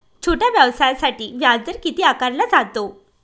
छोट्या व्यवसायासाठी व्याजदर किती आकारला जातो?